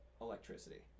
electricity